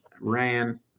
ran